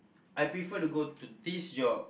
I prefer to go to this job